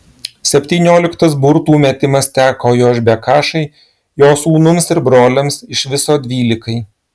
septynioliktas burtų metimas teko jošbekašai jo sūnums ir broliams iš viso dvylikai